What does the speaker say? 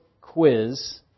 quiz